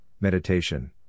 meditation